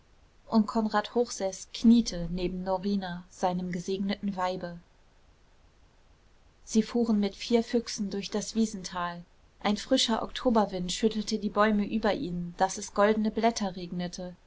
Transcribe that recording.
und konrad hochseß kniete neben norina seinem gesegneten weibe sie fuhren mit vier füchsen durch das wiesental ein frischer oktoberwind schüttelte die bäume über ihnen daß es goldene blätter regnete